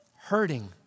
hurting